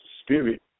spirit